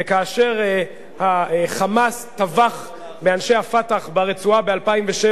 וכאשר ה"חמאס" טבח באנשי ה"פתח" ברצועה ב-2007,